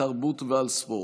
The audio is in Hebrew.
התרבות והספורט.